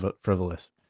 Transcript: frivolous